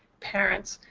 parents.